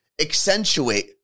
Accentuate